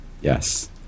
Yes